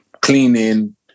cleaning